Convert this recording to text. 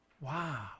Wow